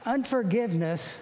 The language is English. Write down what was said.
UNFORGIVENESS